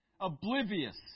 Oblivious